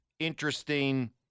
interesting